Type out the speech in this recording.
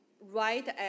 right